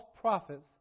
prophets